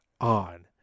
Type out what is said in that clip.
on